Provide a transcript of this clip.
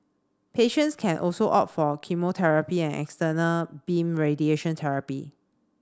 patients can also opt for chemotherapy and external beam radiation therapy